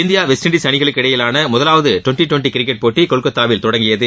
India West Indies அணிகளுக்கு இடையிலான முதலாவது ட்வெண்ட்டி ட்வெண்ட்டி கிரிக்கெட் போட்டி கொல்கத்தாவில் தொடங்கியது